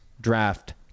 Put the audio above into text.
draft